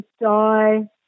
die